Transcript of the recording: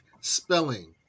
spelling